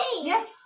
Yes